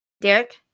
Derek